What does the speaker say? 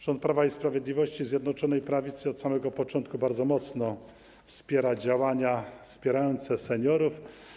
Rząd Prawa i Sprawiedliwości i Zjednoczonej Prawicy od samego początku bardzo mocno wspiera działania wspomagające seniorów.